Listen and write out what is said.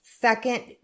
Second